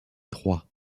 trois